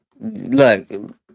Look